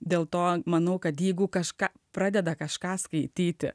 dėl to manau kad jeigu kažką pradeda kažką skaityti